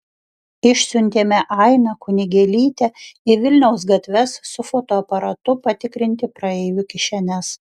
išsiuntėme ainą kunigėlytę į vilniaus gatves su fotoaparatu patikrinti praeivių kišenes